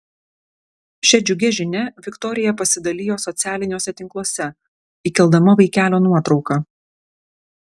šia džiugia žinia viktorija pasidalijo socialiniuose tinkluose įkeldama vaikelio nuotrauką